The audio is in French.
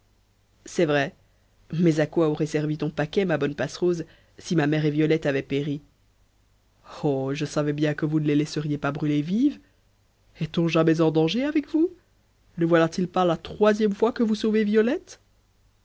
vrai mais à quoi aurait servi ton paquet ma bonne passerose si ma mère et violette avaient péri oh je savais bien que vous ne les laisseriez pas brûler vives est-on jamais en danger avec vous ne voilà-t-il pas la troisième fois que vous sauvez violette